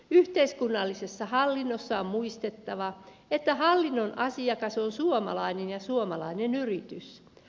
yhteiskunnallisessa hallinnossa on muistettava että hallinnon asiakas on suomalainen ja suomalainen yritys